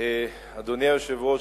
אדוני היושב-ראש,